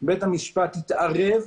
בית המשפט התערב,